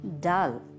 dull